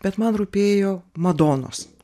bet man rūpėjo madonos